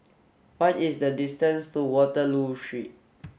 what is the distance to Waterloo Street